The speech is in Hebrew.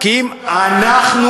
לא "אנחנו גם"; "אנחנו רק".